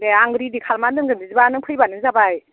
दे आं रेडि खालामनानै दोनगोन बिदिबा नों फैबानो जाबाय